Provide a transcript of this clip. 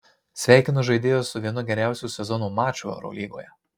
sveikinu žaidėjus su vienu geriausių sezono mačų eurolygoje